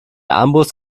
armbrust